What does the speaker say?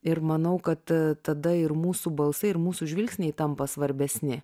ir manau kad tada ir mūsų balsai ir mūsų žvilgsniai tampa svarbesni